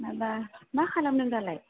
माबा मा खालामदों दालाय